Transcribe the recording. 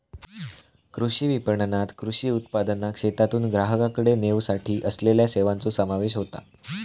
कृषी विपणणात कृषी उत्पादनाक शेतातून ग्राहकाकडे नेवसाठी असलेल्या सेवांचो समावेश होता